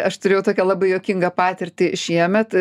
aš turėjau tokią labai juokingą patirtį šiemet